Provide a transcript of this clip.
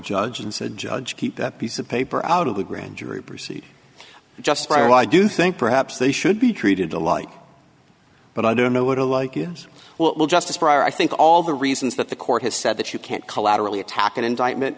judge and said judge keep that piece of paper out of the grand jury proceed just prior i do think perhaps they should be treated alike but i don't know what a like is well justice for i think all the reasons that the court has said that you can't collaterally attack an indictment